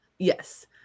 Yes